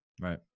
Right